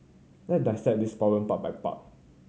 let dissect this problem part by part